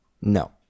No